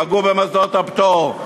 פגעו במוסדות הפטור,